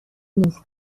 نیست